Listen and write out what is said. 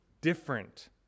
different